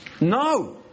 No